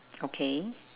okay